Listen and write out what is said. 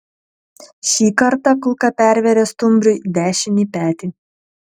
šį kartą kulka pervėrė stumbriui dešinį petį